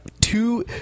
two